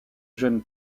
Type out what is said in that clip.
jeune